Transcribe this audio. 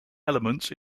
elements